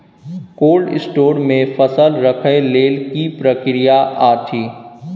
Cold store मे फसल रखय लेल की प्रक्रिया अछि?